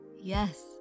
Yes